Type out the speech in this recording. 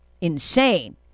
insane